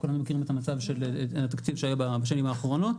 כולם מכירים את המצב של התקציב בשנים האחרונות,